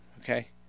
okay